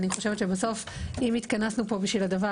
אני חושבת שבסוף אם התכנסנו פה בשביל הדבר